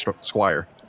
squire